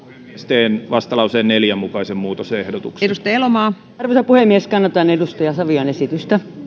teen vastalauseen neljän mukaisen muutosehdotuksen arvoisa puhemies kannatan edustaja savion esitystä